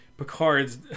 Picard's